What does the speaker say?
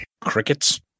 crickets